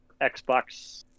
Xbox